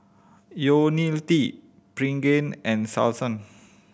T Pregain and Selsun